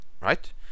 right